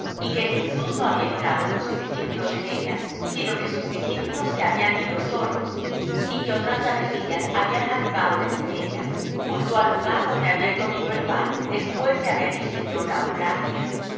y que jesús no había entrado con sus discípulos en ella sino que sus discípulos se habían ido solos y que otras navecillas habían arribado de tiberias junto al lugar donde habían comido el pan después de haber el señor dado gracias